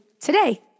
today